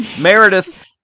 Meredith